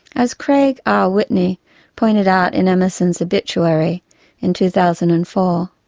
as craig r. whitney pointed out in emerson's obituary in two thousand and four,